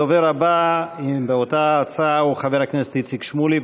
הדובר הבא באותה הצעה הוא חבר הכנסת איציק שמולי.